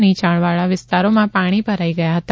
નીચાણવાળા વિસ્તારોમાં પાણી ભરાઈ ગયા હતા